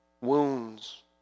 wounds